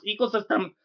ecosystem